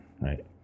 Right